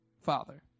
father